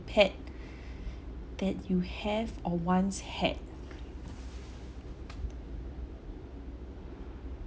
pet that you have or once had